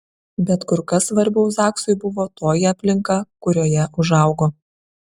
bet kur kas svarbiau zaksui buvo toji aplinka kurioje užaugo